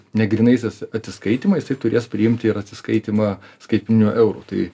ne grynaisiais atsiskaitymais tai turės priimti ir atsiskaitymą skaitmeniniu euru tai